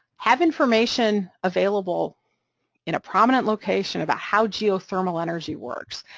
have information available in a prominent location about how geothermal energy works,